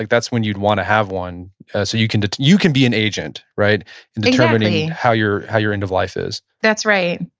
like that's when you'd want to have one so you can you can be an agent, right, in determining how your how your end of life is that's right.